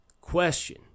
question